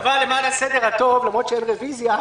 למרות שאין רביזיה,